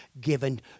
given